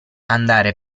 andare